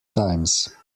times